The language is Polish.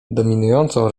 dominującą